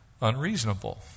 unreasonable